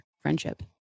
friendship